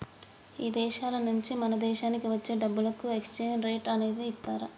ఇదేశాల నుంచి మన దేశానికి వచ్చే డబ్బులకు ఎక్స్చేంజ్ రేట్ అనేది ఇదిస్తారు